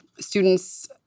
students